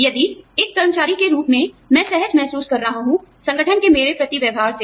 यदि एक कर्मचारी के रूप में मैं सहज महसूस कर रहा हूं संगठन के मेरे प्रति व्यवहार से